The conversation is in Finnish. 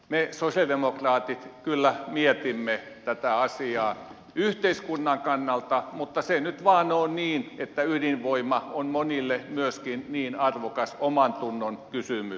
me sosialidemokraatit kyllä mietimme tätä asiaa yhteiskunnan kannalta mutta se nyt vain on niin että ydinvoima on monille myöskin arvokas omantunnon kysymys